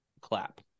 clap